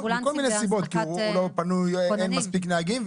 מכל מיני סיבות - הוא לא פנוי או שאין מספיק נהגים.